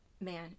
Man